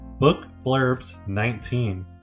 bookblurbs19